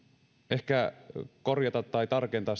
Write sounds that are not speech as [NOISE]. ehkä korjata tai tarkentaa [UNINTELLIGIBLE]